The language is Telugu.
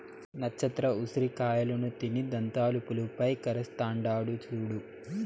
నచ్చత్ర ఉసిరి కాయలను తిని దంతాలు పులుపై కరస్తాండాడు సూడు